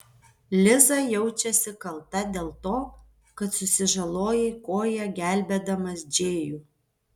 liza jaučiasi kalta dėl to kad susižalojai koją gelbėdamas džėjų